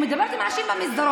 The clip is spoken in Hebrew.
אני מדברת עם אנשים במסדרון,